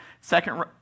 second